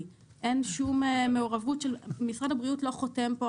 אין לי כמשרד הבריאות את הפרטים על ההרכב המלא של התיק,